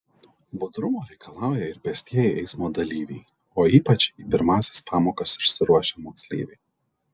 budrumo reikalauja ir pėstieji eismo dalyviai o ypač į pirmąsias pamokas išsiruošę moksleiviai